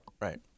Right